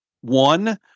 One